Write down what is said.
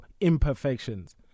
imperfections